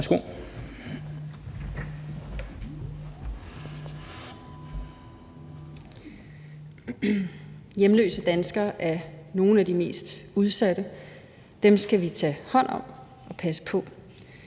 Hjemløse danskere er nogle af de mest udsatte. Dem skal vi tage hånd om og passe på.